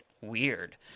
weird